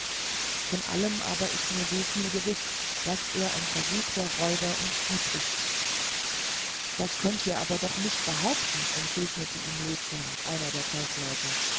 von allem aber ist nur so viel gewiß daß er ein verruchter räuber und dieb ist das könnt ihr aber doch nicht behaupten entgegnete ihm lezah einer der kaufleute